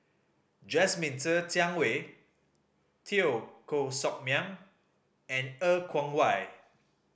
Jasmine Ser Xiang Wei Teo Koh Sock Miang and Er Kwong Wah